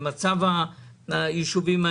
במצב היישובים.